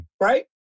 right